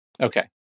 okay